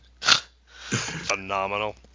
phenomenal